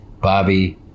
Bobby